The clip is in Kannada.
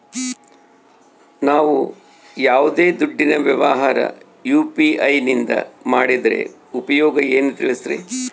ನಾವು ಯಾವ್ದೇ ದುಡ್ಡಿನ ವ್ಯವಹಾರ ಯು.ಪಿ.ಐ ನಿಂದ ಮಾಡಿದ್ರೆ ಉಪಯೋಗ ಏನು ತಿಳಿಸ್ರಿ?